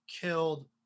killed